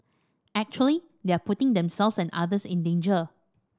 actually they are putting themselves and others in danger